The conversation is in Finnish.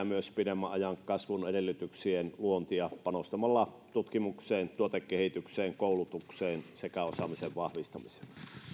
myös pidemmän ajan kasvun edellytyksien luontia panostamalla tutkimukseen tuotekehitykseen koulutukseen sekä osaamisen vahvistamiseen